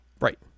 Right